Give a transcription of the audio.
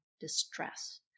distress